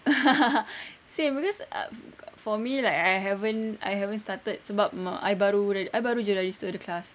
same cause uh for me like I haven't I haven't started sebab mm I baru I baru jer register the class